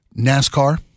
NASCAR